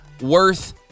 Worth